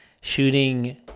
shooting